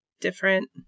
different